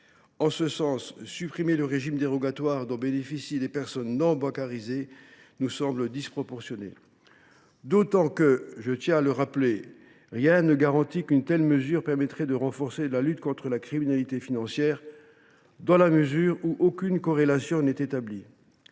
En ce sens, supprimer le régime dérogatoire dont bénéficient les personnes non bancarisées nous semble disproportionné, d’autant que, je tiens à le rappeler, rien ne garantit qu’une telle mesure permettrait de renforcer la lutte contre la criminalité financière, dans la mesure où aucune corrélation entre les